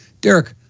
Derek